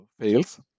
fails